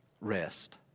rest